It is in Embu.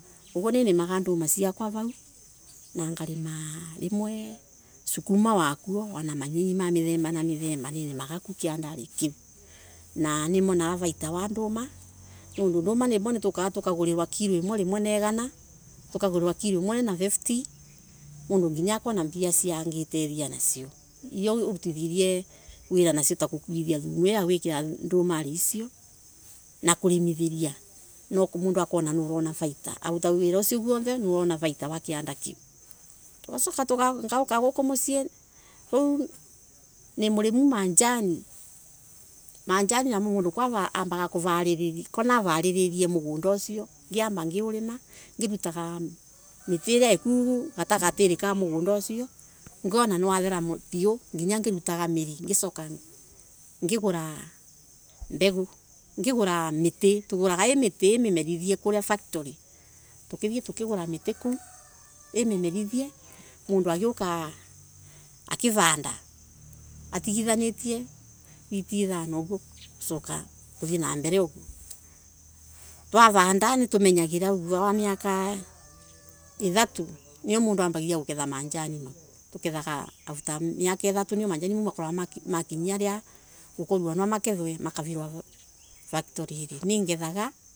Rimwe ni ndimaga ndoma ciakwa wovo na rimwe ngarima Sukuma na monyenyi ma mithemba na mithema ni ndimaga kuo kiandari kiu na nimonaga vaita wa ndoma nundu nduma rimwe nikukaga tukagurirwa kilo imwe na igana rimwe na fifty mondu akona mbia angetethia nacio iria cia kurutithia thumu ya ndumari icio na kuremethia na mundu ni arona vaita after wira ucio wonte niwona vaita kiandari kiu wacoka ngaoka guku mucii riu nimurimu majani namo mundu ucio ngiamba ngirima ngirutaga miti iria ii karigati mugundari ucio ngona niwathera muno pio nginya ngirutaga miri, ngacoka ngigura mbego, ngigura miti tuguraga imemerithie kuria factory tukithie tukigura miti kuo mundu agioka akivanda atigithanitie fiti ithano uguo kuthii na mbele uguo twavanda nituymenyagirira vuva wa miaka ithatu nio mundu ambagia guketha majani mau makarirwa factory.